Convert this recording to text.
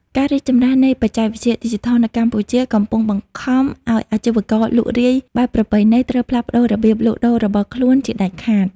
ការរីកចម្រើននៃបច្ចេកវិទ្យាឌីជីថលនៅកម្ពុជា កំពុងបង្ខំឱ្យអាជីវករលក់រាយបែបប្រពៃណីត្រូវផ្លាស់ប្តូររបៀបលក់ដូររបស់ខ្លួនជាដាច់ខាត។